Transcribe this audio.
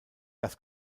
das